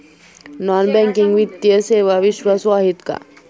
Non banking वित्तीय सेवा विश्वासू आहेत का?